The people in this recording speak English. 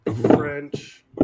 French